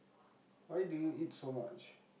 why do you eat so much